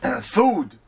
food